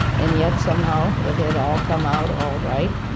and yet somehow it had all come out all right,